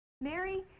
Mary